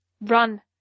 Run